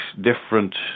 different